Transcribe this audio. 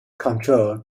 control